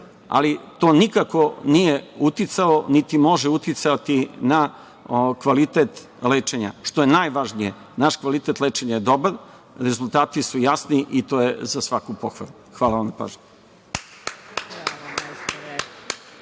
ali to nikako nije uticalo, niti može uticati na kvalitet lečenja. Što je najvažnije, naš kvalitet lečenja je dobar. Rezultati su jasni i to je za svaku pohvalu. Hvala vam na pažnji.